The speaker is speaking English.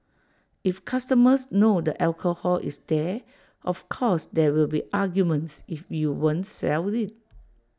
if customers know the alcohol is there of course there will be arguments if you won't sell IT